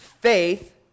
faith